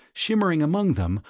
shimmering among them,